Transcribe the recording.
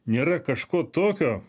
nėra kažko tokio